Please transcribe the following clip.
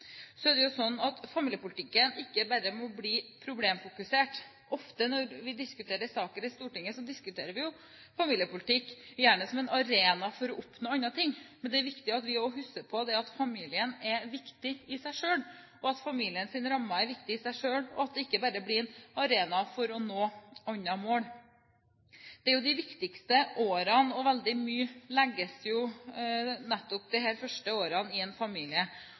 Familiepolitikken må ikke bare bli problemfokusert. Ofte når vi diskuterer saker i Stortinget, diskuterer vi gjerne familiepolitikk som en arena for å oppnå andre ting. Men det er viktig at vi også husker på at familien er viktig i seg selv, og at familiens rammer er viktig i seg selv, og at det ikke bare blir en arena for å nå andre mål. Dette er jo de viktigste årene – veldig mye av grunnlaget legges jo nettopp i disse første årene i en familie.